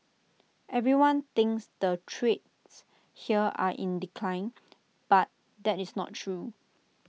everyone thinks the trades here are in decline but that is not true